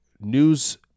news